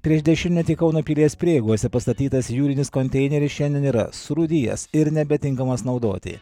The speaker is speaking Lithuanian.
prieš dešimtmetį kauno pilies prieigose pastatytas jūrinis konteineris šiandien yra surūdijęs ir nebetinkamas naudoti